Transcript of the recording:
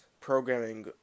programming